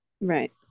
right